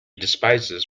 despises